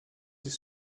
des